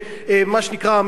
מה שנקרא,